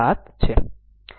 007 છે